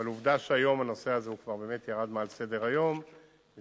אבל עובדה שהיום הנושא הזה כבר באמת ירד מעל סדר-היום משום